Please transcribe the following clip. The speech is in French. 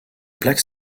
plaques